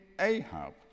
Ahab